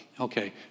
Okay